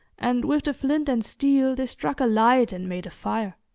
and with the flint and steel they struck a light and made a fire.